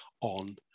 on